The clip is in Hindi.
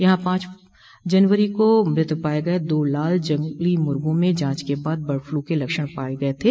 यहां पांच जनवरी को मृत पाये गये दो लाल जंगली मुर्गो में जांच के बाद बर्ड फ्लू के लक्षण पाये गये थे